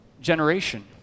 generation